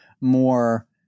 more